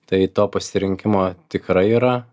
tai to pasirinkimo tikrai yra